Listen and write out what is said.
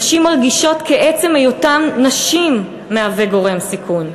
נשים מרגישות כי עצם היותן נשים מהווה גורם סיכון.